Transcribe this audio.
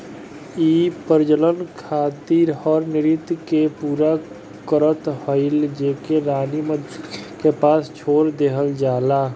इ प्रजनन खातिर हर नृत्य के पूरा करत हई जेके रानी मधुमक्खी के पास छोड़ देहल जाला